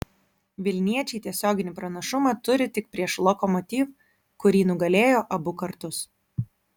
vilniečiai tiesioginį pranašumą turi tik prieš lokomotiv kurį nugalėjo abu kartus